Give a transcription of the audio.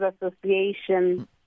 Association